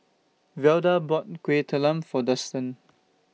Velda bought Kueh Talam For Dustan